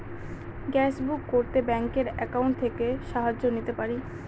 Gas book করতে ব্যাংকের account থেকে সাহায্য নিতে পারি?